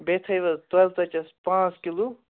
بیٚیہِ تھٲیِو حظ تۅلہٕ ژۄچہِ حظ پانٛژھ کِلوٗ